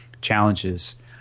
challenges